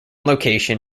location